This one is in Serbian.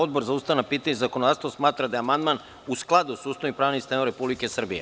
Odbor za ustavna pitanja i zakonodavstvo smatra da je amandman u skladu sa Ustavom i pravnim sistemom Republike Srbije.